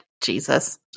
Jesus